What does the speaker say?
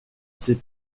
ses